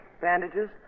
Bandages